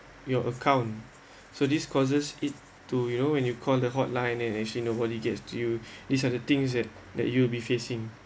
your account so this causes it to you know when you call the hotline and actually nobody gets to you these are the things that that you'll be facing